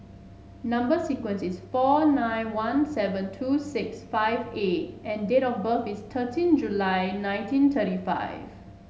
number sequence is four nine one seven two six five A and date of birth is thirteen July nineteen thirty five